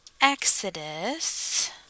Exodus